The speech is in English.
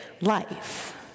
life